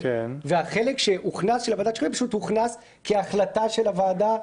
והחלק שהוכנס של ועדת השחרורים פשוט הוכנס כהחלטה של הוועדה,